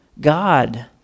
God